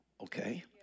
Okay